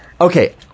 Okay